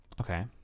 Okay